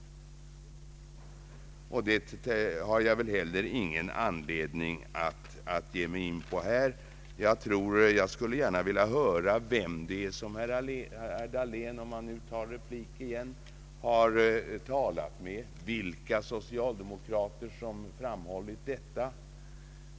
Någon sådan polemik har jag väl heller ingen anledning att ge mig in på här. Jag skulle gärna vilja höra vilka socialdemokrater som herr Dahlén — om han nu begär ordet för replik igen — har talat med och som har framfört den uppfattningen.